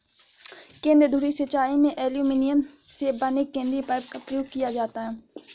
केंद्र धुरी सिंचाई में एल्युमीनियम से बने केंद्रीय पाइप का प्रयोग किया जाता है